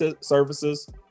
services